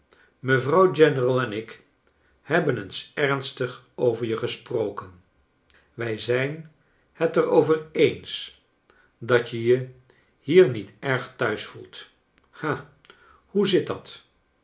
mevrouw general en ik hebben eens ernstig over je gesproken wij zijn het er over eens dat je je hier niet erg thuis voelt ha hoe zit dat